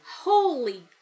Holy